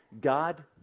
God